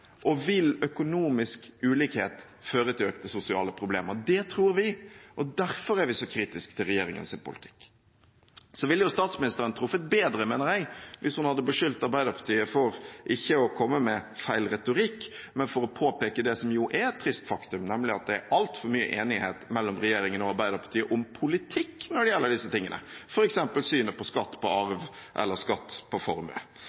og vil økonomisk ulikhet føre til økte sosiale problemer? Det tror vi, og derfor er vi så kritiske til regjeringens politikk. Så ville statsministeren truffet bedre, mener jeg, hvis hun hadde beskyldt Arbeiderpartiet for ikke å komme med feil retorikk, men for å påpeke det som jo er et trist faktum, nemlig at det er altfor mye enighet mellom regjeringen og Arbeiderpartiet om politikk når det gjelder disse tingene, f.eks. synet på skatt på arv eller skatt på formue.